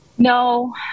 No